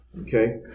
Okay